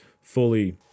fully